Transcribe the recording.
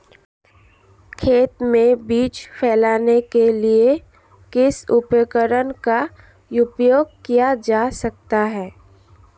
खेत में बीज फैलाने के लिए किस उपकरण का उपयोग किया जा सकता है?